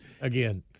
again